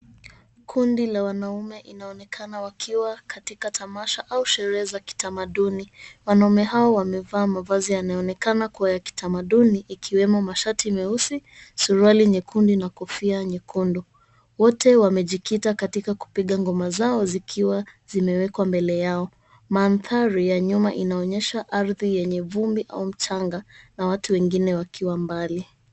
Kundi la wanaume inaonekana wakiwa katika tamasha au sherehe za kitamaduni wanaume hao wamevaa mavazi yanayo onekana kuwa ya kitamaduni ikiwemo mashati meusi, suruali nyekundu na kofia nyekundu. Wote wamejikita katika kupiga ngoma zao zikiwa zimewekwa mbele yao. Maandhari inaonyesha ardhi yenye vumbi au mchanga na watu wengine wakiwa mbali.